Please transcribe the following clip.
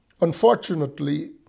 unfortunately